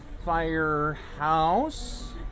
Firehouse